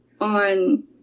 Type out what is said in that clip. on